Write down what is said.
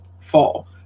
fall